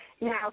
Now